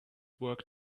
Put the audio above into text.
work